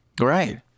Right